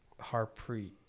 Harpreet